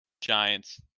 Giants